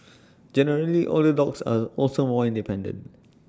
generally older dogs are also more independent